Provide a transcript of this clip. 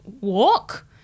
walk